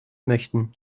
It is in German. möchten